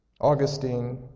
Augustine